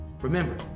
Remember